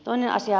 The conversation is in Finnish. toinen asia